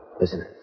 Listen